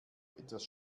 etwas